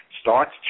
starts